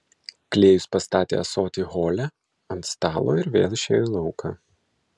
klėjus pastatė ąsotį hole ant stalo ir vėl išėjo į lauką